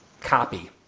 copy